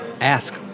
ask